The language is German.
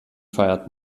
feiert